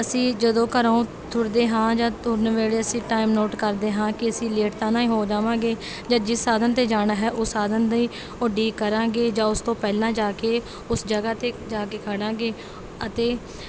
ਅਸੀਂ ਜਦੋਂ ਘਰੋਂ ਤੁਰਦੇ ਹਾਂ ਜਾਂ ਤੁਰਨ ਵੇਲ਼ੇ ਅਸੀਂ ਟਾਇਮ ਨੋਟ ਕਰਦੇ ਹਾਂ ਕਿ ਅਸੀਂ ਲੇਟ ਤਾਂ ਨਹੀਂ ਹੋ ਜਾਵਾਂਗੇ ਜਾਂ ਜਿਸ ਸਾਧਨ 'ਤੇ ਜਾਣਾ ਹੈ ਉਹ ਸਾਧਨ ਦੀ ਉਡੀਕ ਕਰਾਂਗੇ ਜਾਂ ਉਸ ਤੋਂ ਪਹਿਲਾਂ ਜਾ ਕੇ ਉਸ ਜਗ੍ਹਾਂ 'ਤੇ ਜਾ ਕੇ ਖੜ੍ਹਾਂਗੇ ਅਤੇ